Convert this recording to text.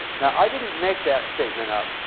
now, i didn't make that statement up.